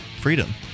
freedom